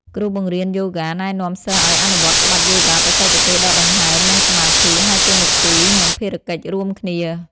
គ្រូបង្រៀនយូហ្គាណែនាំសិស្សឱ្យអនុវត្តក្បាច់យូហ្គាបច្ចេកទេសដកដង្ហើមនិងសមាធិ ហើយតួនាទី និងភារកិច្ចរួមមាន: